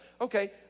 Okay